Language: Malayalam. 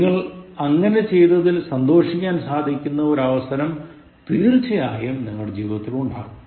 നിങ്ങൾ അങ്ങനെ ചെയ്തതിൽ സന്തോഷിക്കാൻ സാധിക്കുന്ന ഒരു അവസരം തീർച്ചയായും നിങ്ങളുടെ ജീവിതത്തിൽ ഉണ്ടാകും